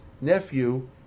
nephew